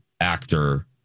actor